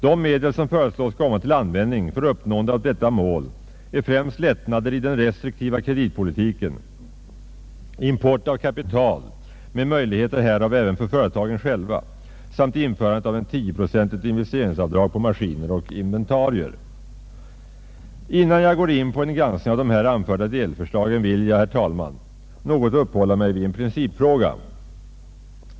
De medel som föreslås komma till användning för uppnåendet av detta mäl är främst lättnader i den restriktiva kreditpolitiken, import av kapital med möjligheter härav även för företagen själva samt införandet av ett 10-procentigt investeringsavdrag på maskiner och inventarier. Innan jag går in på en granskning av de här anförda delförslagen vill jag, herr talman, något uppehålla mig vid en principfråga.